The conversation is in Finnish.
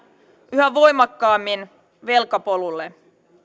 yhä voimakkaammin velkapolulle